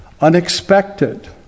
unexpected